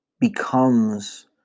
becomes